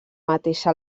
mateixa